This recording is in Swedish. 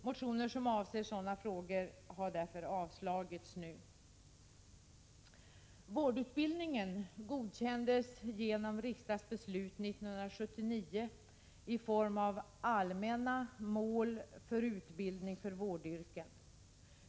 Motioner avseende sådana frågor har därför nu avstyrkts. Vårdutbildningen godkändes genom riksdagsbeslut 1979 i form av allmänna mål för utbildning för vårdyrken.